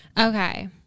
Okay